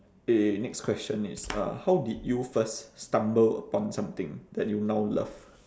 eh next question is uh how did you first stumble upon something that you now love